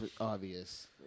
obvious